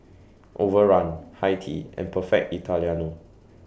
Overrun Hi Tea and Perfect Italiano